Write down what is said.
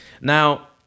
Now